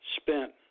spent